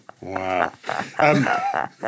Wow